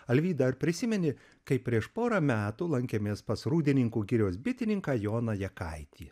alvyda ar prisimeni kaip prieš porą metų lankėmės pas rūdininkų girios bitininką joną jakaitį